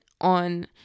on